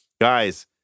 guys